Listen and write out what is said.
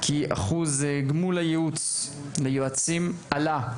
כי אחוז גמול הייעוץ ליועצים עלה,